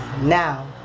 Now